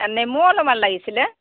নেমুও অলপমান লাগিছিলে